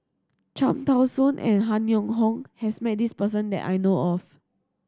Cham Tao Soon and Han Yong Hong has met this person that I know of